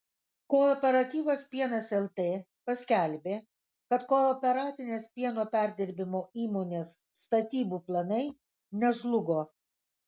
kooperatyvas pienas lt paskelbė kad kooperatinės pieno perdirbimo įmonės statybų planai nežlugo